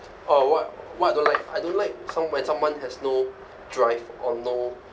or what what don't like I don't like some~ when someone has no drive or no